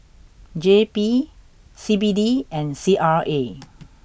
J P C B D and C R A